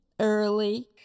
early